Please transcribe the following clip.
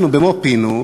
אנחנו במו-פינו,